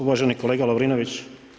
Uvaženi kolega Lovrinović.